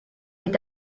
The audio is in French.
est